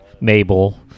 Mabel